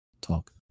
talk